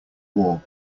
war